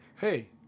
hey